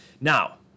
Now